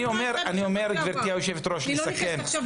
אני לא נכנסת עכשיו